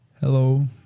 Hello